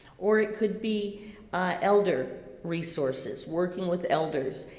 or it could be elder resources, working with elders,